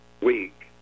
week